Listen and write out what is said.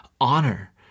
honor